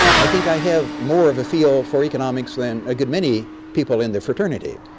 i think i have more of a feel for economics than a good many people in the fraternity,